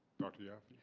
dr yaffe?